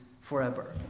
forever